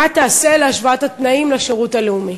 מה תעשה להשוואת התנאים בשירות הלאומי?